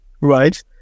right